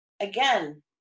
again